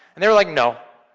and they were like, no.